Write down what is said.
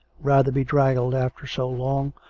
rather bedraggled after so long,